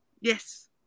Yes